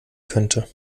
könnte